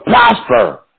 prosper